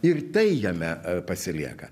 ir tai jame pasilieka